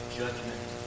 judgment